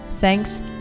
Thanks